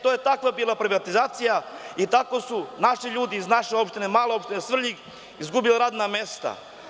To je bila takva privatizacija i tako su naši ljudi iz naše opštine, male opštine Svrljig, izgubili radna mesta.